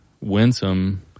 winsome